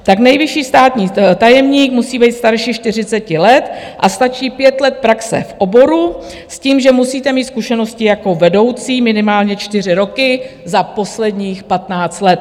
Tak nejvyšší státní tajemník musí být starší 40 let a stačí 5 let praxe v oboru s tím, že musíte mít zkušenosti jako vedoucí minimálně 4 roky za posledních 15 let.